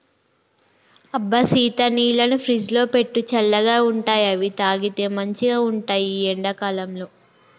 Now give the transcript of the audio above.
అబ్బ సీత నీళ్లను ఫ్రిజ్లో పెట్టు చల్లగా ఉంటాయిఅవి తాగితే మంచిగ ఉంటాయి ఈ ఎండా కాలంలో